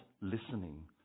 listening